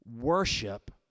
worship